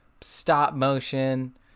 stop-motion